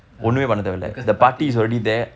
ah because the paatti